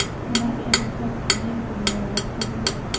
can i ever hope to make you realise her look,